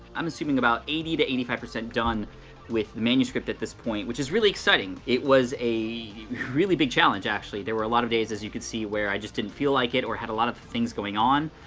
i'm assuming about eighty to eighty five percent done with manuscript at this point, which is really exciting. it was a really big challenge, actually. there were a lot of days, as you could see, where i just didn't feel like it or i had a lot of things going on.